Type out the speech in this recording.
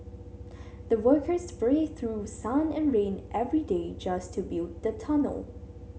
the workers braved through sun and rain every day just to build the tunnel